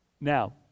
now